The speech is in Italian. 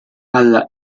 alla